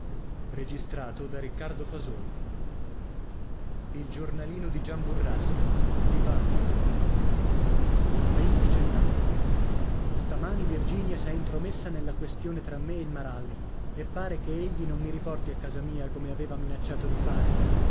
e io a io e gennaio stamani virginia s'è intromessa nella questione tra me e il maralli e pare che egli non mi riporti a casa mia come aveva minacciato di fare